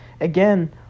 again